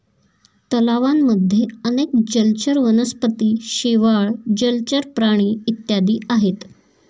तलावांमध्ये अनेक जलचर वनस्पती, शेवाळ, जलचर प्राणी इत्यादी आहेत